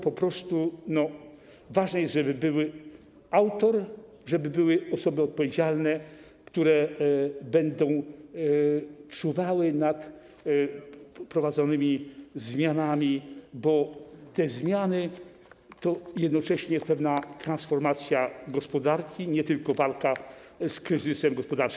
Po prostu ważne jest, żeby był autor, żeby były osoby odpowiedzialne, które będą czuwały nad prowadzonymi zmianami, bo te zmiany to jednocześnie pewna transformacja gospodarki, a nie tylko walka z kryzysem gospodarczym.